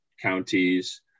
counties